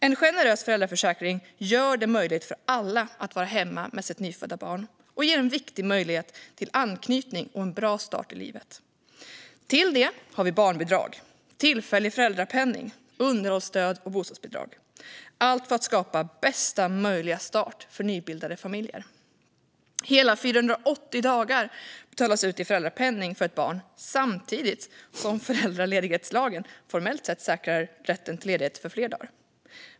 En generös föräldraförsäkring gör det möjligt för alla att vara hemma med sitt nyfödda barn och ger en viktig möjlighet till anknytning och en bra start i livet. Vi har också barnbidrag, tillfällig föräldrapenning, underhållsstöd och bostadsbidrag - allt för att skapa bästa möjliga start för nybildade familjer. Hela 480 dagar betalas ut i föräldrapenning för ett barn, samtidigt som föräldraledighetslagen formellt sett säkrar rätten till ledighet i fler dagar.